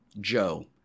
Joe